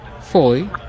fully